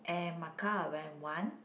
and Macau I went one